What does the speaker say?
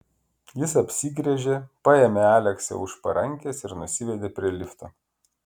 jis apsigręžė paėmė aleksę už parankės ir nusivedė prie lifto